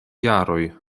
jaroj